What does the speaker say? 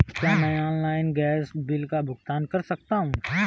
क्या मैं online gas bill का भुगतान कर सकता हूँ?